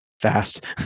fast